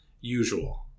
usual